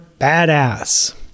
badass